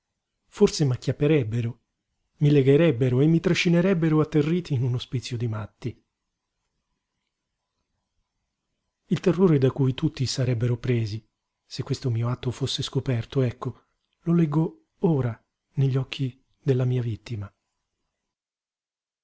finito forse m'acchiapperebbero mi legherebbero e mi trascinerebbero atterriti in un ospizio di matti il terrore da cui tutti sarebbero presi se questo mio atto fosse scoperto ecco lo leggo ora negli occhi della mia vittima